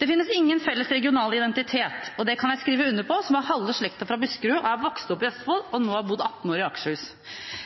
Det finnes ingen felles regional identitet, det kan jeg skrive under på, som har halve slekta fra Buskerud, er vokst opp i Østfold